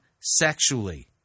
sexually